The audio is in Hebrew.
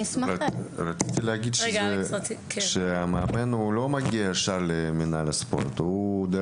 רציתי להגיד שהמאמן לא מגיע ישר למינהל הספורט: הוא מקבל,